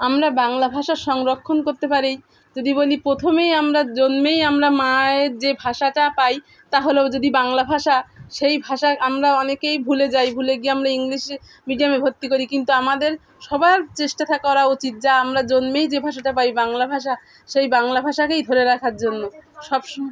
আমরা বাংলা ভাষার সংরক্ষণ করতে পারি যদি বলি প্রথমেই আমরা জন্মেই আমরা মায়ের যে ভাষাটা পাই তাহলেও যদি বাংলা ভাষা সেই ভাষা আমরা অনেকেই ভুলে যাই ভুলে গিয়ে আমরা ইংলিশে মিডিয়ামে ভর্তি করি কিন্তু আমাদের সবার চেষ্টা করা উচিত যা আমরা জন্মেই যে ভাষাটা পাই বাংলা ভাষা সেই বাংলা ভাষাকেই ধরে রাখার জন্য সব সময়